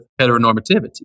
heteronormativity